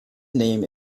name